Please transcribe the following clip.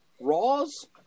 Raw's